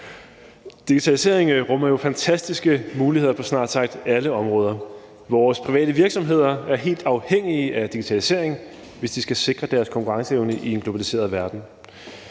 Digitalisering rummer jo fantastiske muligheder på snart sagt alle områder. Vores private virksomheder er helt afhængige af digitalisering, hvis de skal sikre deres konkurrenceevne i en globaliseret verden.